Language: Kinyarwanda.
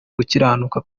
gukiranuka